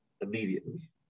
immediately